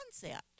concept